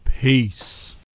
Peace